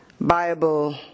Bible